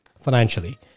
financially